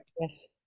Yes